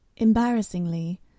Embarrassingly